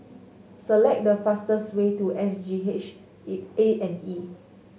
select the fastest way to S G H A and E